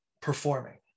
performing